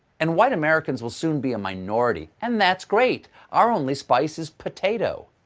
and white americans will soon be a minority. and that's great! our only spice is potato!